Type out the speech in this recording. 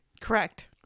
Correct